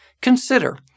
Consider